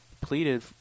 pleaded